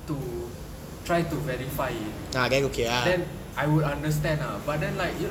to try to verify it then I would understand ah but then like you know